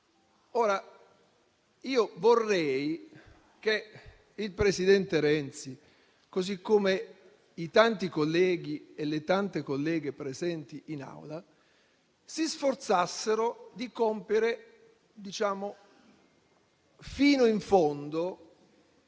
Io vorrei che il presidente Renzi - così come i tanti colleghi e le tante colleghe presenti in Aula - si sforzasse di adempiere fino in fondo